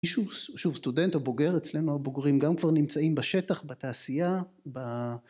שוב סטודנט או בוגר אצלנו הבוגרים גם כבר נמצאים בשטח בתעשייה